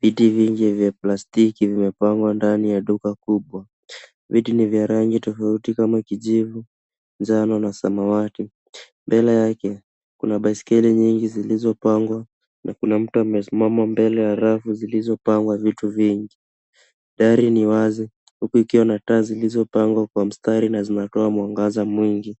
Viti vingi vya plastiki vimepangwa ndani ya duka kubwa. Viti ni vya rangi tofauti kama kijivu, njano na samawati. Mbele yake kuna baiskeli nyingi zilizopangwa na kuna mtu amesimama mbele ya rafu zilizopangwa vitu vingi. Dari ni wazi huku ikiwa na taa zilizopangwa kwa mstari na zinatoa mwangaza mwingi.